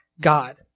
God